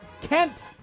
Kent